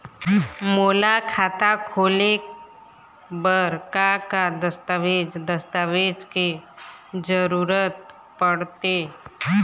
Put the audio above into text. मोला खाता खोले बर का का दस्तावेज दस्तावेज के जरूरत पढ़ते?